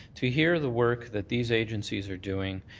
to hear the work that these agencies are doing,